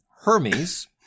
Hermes